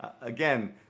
again